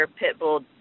pitbull